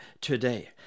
today